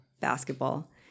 basketball